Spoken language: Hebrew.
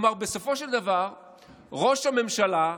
בסופו של דבר ראש הממשלה,